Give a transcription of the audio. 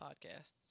podcasts